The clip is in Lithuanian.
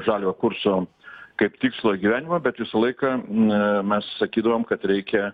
žaliojo kurso kaip tikslo įgyvendinimą bet visą laiką mes sakydavom kad reikia